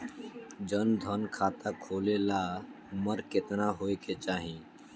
जन धन खाता खोले ला उमर केतना होए के चाही?